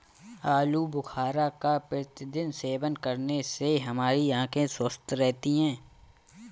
आलू बुखारा का प्रतिदिन सेवन करने से हमारी आंखें स्वस्थ रहती है